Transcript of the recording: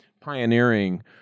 pioneering